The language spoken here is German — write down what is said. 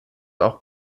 auch